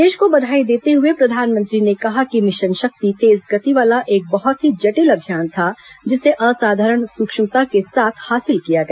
देश को बधाई देते हुए प्रधानमंत्री ने कहा कि मिशन शक्ति तेज गति वाला एक बहुत ही जटिल अभियान था जिसे असाधारण सूक्ष्मता के साथ हासिल किया गया